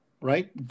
right